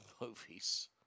movies